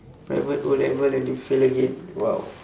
private O-level then you fail again !wow!